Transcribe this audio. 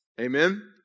Amen